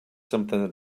something